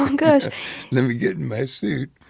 um gosh let me get in my suit.